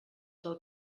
del